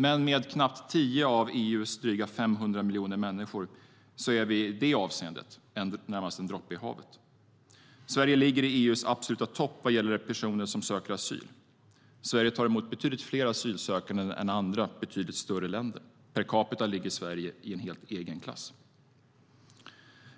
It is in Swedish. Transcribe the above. Men med knappt tio av EU:s dryga 500 miljoner människor är vi i det avseendet närmast en droppe i havet. Sverige ligger i EU:s absoluta topp vad gäller antal personer som söker asyl. Sverige tar emot fler asylsökande än betydligt större länder. Per capita ligger Sverige i en helt egen klass.